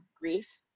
grief